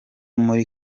muri